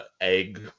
egg